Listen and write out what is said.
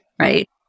right